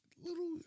little